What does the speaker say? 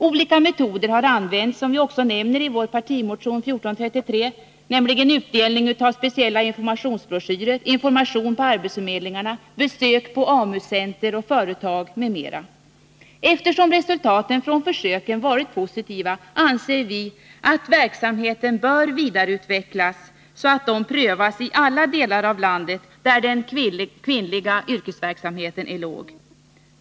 Olika metoder har använts, som vi också nämner i vår partimotion 1433, nämligen utdelning av speciella informationsbroschyrer, information på arbetsförmedlingarna, besök på AMU-center och företag m.m. Eftersom resultaten från försöken varit positiva, anser vi att verksamheten bör vidareutvecklas och prövas i alla delar av landet där den kvinnliga yrkesverksamheten är låg.